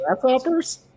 grasshoppers